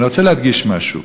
אני רוצה להדגיש משהו: